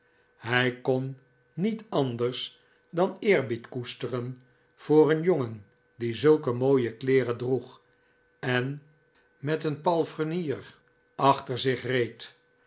hij kon niet anders dan eerbied koesteren voor een jongen die zulke mooie kleeren droeg en met een palfrenier achter zich reed